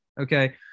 Okay